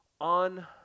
on